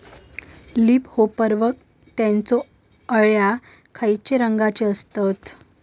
Leaf hopper व त्यानचो अळ्या खैचे रंगाचे असतत?